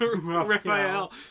raphael